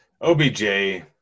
OBJ